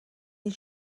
این